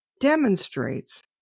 demonstrates